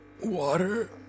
Water